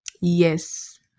Yes